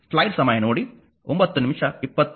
2 ಅಥವಾ v iR